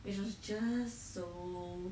which was just so